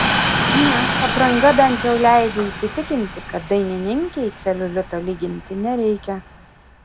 na apranga bent jau leidžia įsitikinti kad dainininkei celiulito lyginti nereikia